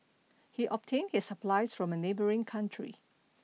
he obtained his supplies from a neighboring country